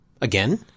Again